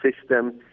system